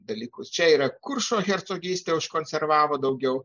dalykus čia yra kuršo hercogystė užkonservavo daugiau